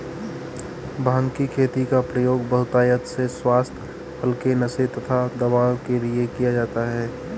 भांग की खेती का प्रयोग बहुतायत से स्वास्थ्य हल्के नशे तथा दवाओं के लिए किया जाता है